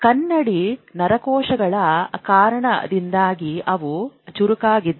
ಕನ್ನಡಿ ನರಕೋಶಗಳ ಕಾರಣದಿಂದಾಗಿ ಅವು ಚುರುಕಾಗಿದರು